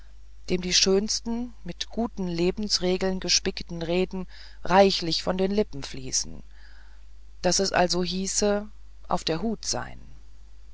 dem die schönsten mit guten lebensregeln gespickten reden reichlich von den lippen fließen daß es also hieße auf der hut sein